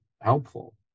helpful